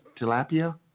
tilapia